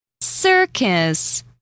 Circus